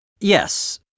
Yes